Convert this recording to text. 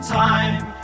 time